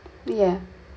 yeah